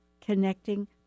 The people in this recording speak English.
connecting